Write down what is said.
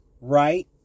right